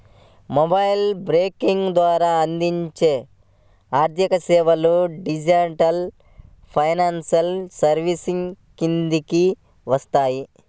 mobile banking ద్వారా అందించే ఆర్థికసేవలు డిజిటల్ ఫైనాన్షియల్ సర్వీసెస్ కిందకే వస్తాయి